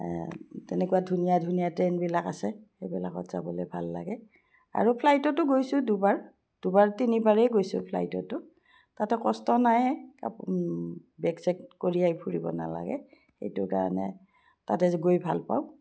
তেনেকুৱা ধুনীয়া ধুনীয়া ট্ৰেইনবিলাক আছে সেইবিলাকত যাবলৈ ভাল লাগে আৰু ফ্লাইটতো গৈছোঁ দুবাৰ দুবাৰ তিনিবাৰেই গৈছোঁ ফ্লাইটতো তাতে কষ্ট নায়ে বেক চেক কঢ়িয়াই ফুৰিব নালাগে সেইটো কাৰণে তাতে গৈ ভালপাওঁ